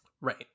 Right